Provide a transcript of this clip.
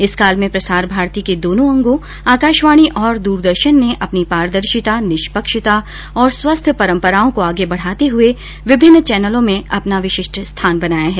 इस काल में प्रसार भारती के दोनों अंगो आकाशवाणी और दूरदर्शन ने अपनी पारदर्शिता निष्पक्षता और स्वस्थ्य परंपराओं को आगे बढाते हुये विभिन्न चैनलों में अपना विशिष्ट स्थान बनाया है